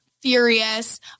furious